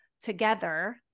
together